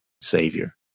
Savior